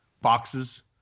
boxes